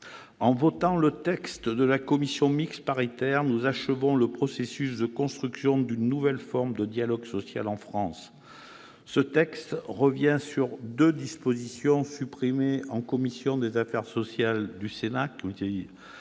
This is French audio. En adoptant le texte de la commission mixte paritaire, nous achevons le processus de construction d'une nouvelle forme de dialogue social en France. D'une part, ce texte revient sur deux dispositions supprimées par la commission des affaires sociales du Sénat.